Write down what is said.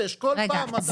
שזה בליבם,